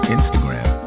Instagram